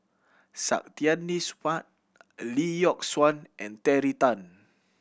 Saktiandi Supaat Lee Yock Suan and Terry Tan